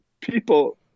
People